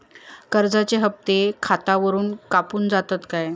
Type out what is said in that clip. कर्जाचे हप्ते खातावरून कापून जातत काय?